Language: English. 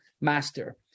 master